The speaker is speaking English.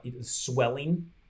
swelling